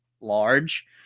large